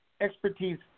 expertise